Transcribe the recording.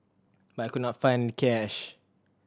but I could not find cash